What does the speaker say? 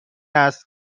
است